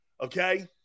Okay